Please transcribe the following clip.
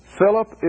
Philip